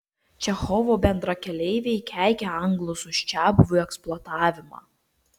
čechovo bendrakeleiviai keikė anglus už čiabuvių eksploatavimą